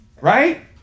Right